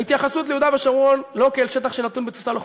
ההתייחסות ליהודה ושומרון לא כאל שטח שנתון בתפיסה לוחמתית,